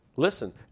Listen